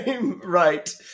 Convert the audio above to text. right